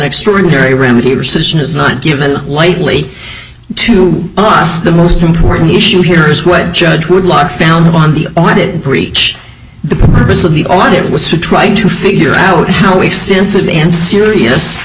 extraordinary remedy rescission is not given lightly to us the most important issue here is what judge woodlot found upon the audit breach the purpose of the audit was to try to figure out how extensive and serious